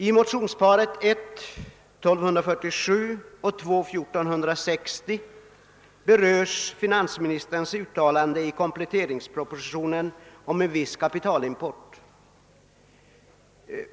i motionsparet I: 1247 och II: 1460 berörs finansministerns uttalande i kompletteringspropositionen om en viss kapitalimport.